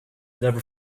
never